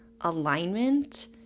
alignment